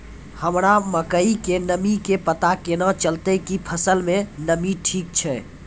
हमरा मकई के नमी के पता केना चलतै कि फसल मे नमी ठीक छै?